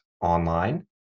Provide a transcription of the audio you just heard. online